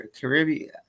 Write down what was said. Caribbean